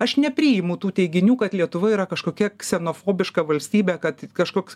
aš nepriimu tų teiginių kad lietuva yra kažkokia ksenofobiška valstybe kad kažkoks